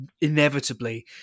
inevitably